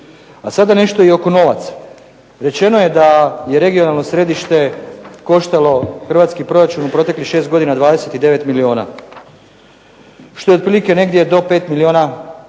A sada nešto i oko novaca. Rečeno je da je regionalno središte koštalo hrvatski proračun u proteklih 6 godina 29 milijuna, što je otprilike negdje do 5 milijuna